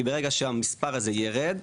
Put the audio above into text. כי ברגע שהמספר הזה ירד,